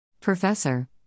Professor